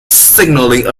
signalling